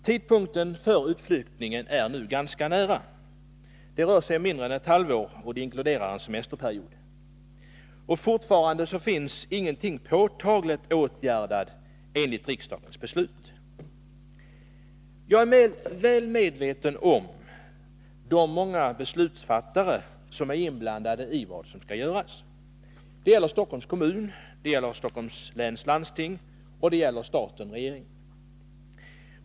Tidpunkten för utflyttningen är nu ganska nära — det rör sig om mindre än ett halvår, och det inkluderar en semesterperiod — och fortfarande finns ingenting påtagligt åtgärdat enligt riksdagens beslut. Jag är väl medveten om att många beslutsfattare är inblandade i vad som skall göras. Det gäller Stockholms kommun, det gäller Stockholms läns landsting och det gäller staten-regeringen.